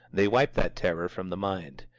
they wipe that terror from the mind.